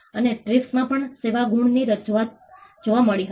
અને ટ્રિપ્સમાં પણ સેવા ગુણની રજૂઆત જોવા મળી હતી